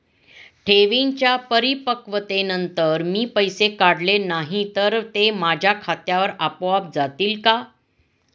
ठेवींच्या परिपक्वतेनंतर मी पैसे काढले नाही तर ते माझ्या खात्यावर आपोआप जातील का?